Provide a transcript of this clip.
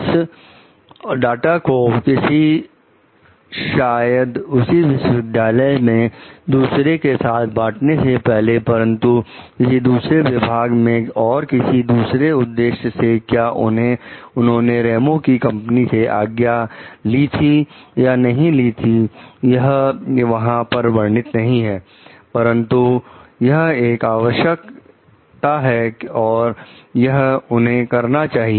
इस डाटा को किसी शायद उसी विश्वविद्यालय मे दूसरे के साथ बांटने से पहले परंतु किसी दूसरे विभाग में और किसी दूसरे उद्देश्य से क्या उन्होंने रेमो की कंपनी से आज्ञा ली थी या नहीं ली थी यह वहां पर वर्णित नहीं है परंतु यह एक आवश्यकता है और यह उन्हें करना चाहिए